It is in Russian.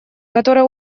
которые